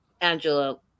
Angela